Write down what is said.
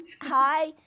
hi